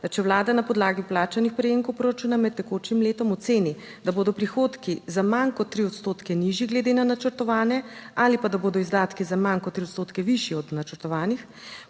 da če vlada na podlagi plačanih prejemkov proračuna med tekočim letom oceni, da bodo prihodki za manj kot 3 odstotke nižji glede na načrtovane ali pa da bodo izdatki za manj kot 3 odstotke višji od načrtovanih,